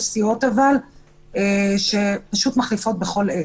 יש סיעות שפשוט מחליפות בכל עת.